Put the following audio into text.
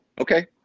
Okay